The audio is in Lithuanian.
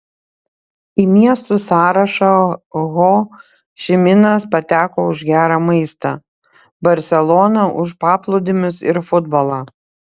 į miestų sąrašą ho ši minas pateko už gerą maistą barselona už paplūdimius ir futbolą